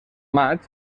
maig